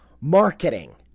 marketing